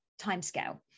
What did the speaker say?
timescale